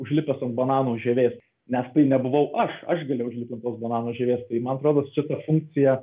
užlipęs ant banano žievės nes tai nebuvau aš aš galėjau užlipt ant tos banano žievės tai man atrodo čia ta funkcija